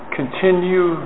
continue